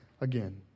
again